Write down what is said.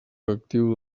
actiu